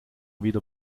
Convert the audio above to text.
wieder